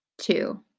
two